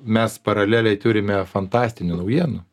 mes paraleliai turime fantastinių naujienų